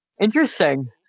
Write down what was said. Interesting